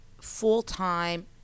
full-time